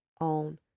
on